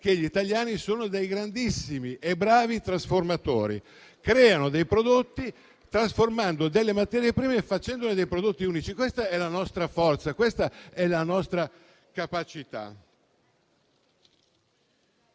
che gli italiani sono dei grandissimi e bravi trasformatori; creano dei prodotti trasformando delle materie prime e facendone dei prodotti unici. Questa è la nostra forza, questa la nostra capacità.